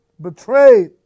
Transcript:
betrayed